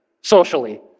socially